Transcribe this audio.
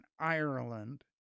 Ireland